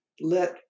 let